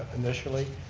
initially,